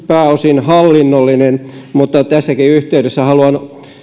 pääosin hallinnollinen mutta tässäkin yhteydessä haluan